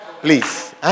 Please